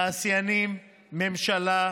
תעשיינים, ממשלה,